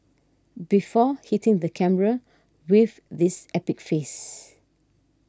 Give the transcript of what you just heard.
before hitting the camera with this epic face